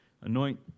Anoint